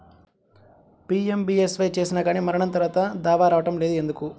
PMBSY చేసినా కానీ మరణం తర్వాత దావా రావటం లేదు ఎందుకు?